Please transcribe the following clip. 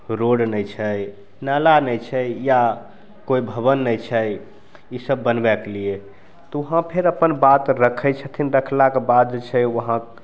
road नहि छै नाला नहि छै या कोइ भवन नहि छै ईसब बनबैके लिए तऽ वहाँ फेर अपन बात रखै छथिन रखलाके बाद जे छै वहाँ